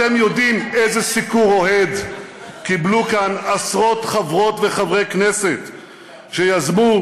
אתם יודעים איזה סיקור אוהד קיבלו כאן עשרות חברות וחברי כנסת שיזמו,